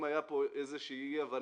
אם היתה פה איזושהי אי-הבנה.